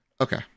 okay